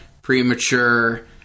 premature